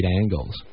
angles